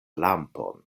lampon